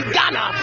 Ghana